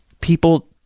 people